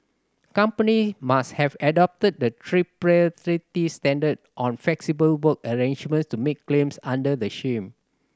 company must have adopted the tripartite standard on flexible work arrangements to make claims under the scheme